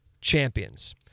champions